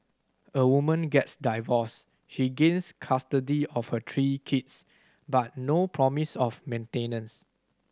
a woman gets divorced she gains custody of her three kids but no promise of maintenance